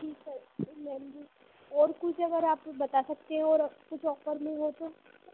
जी sir ma'am जी और कुछ अगर आप बता सकते हो ओर कुछ ऑफर में हो तो